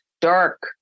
dark